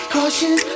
Caution